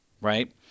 right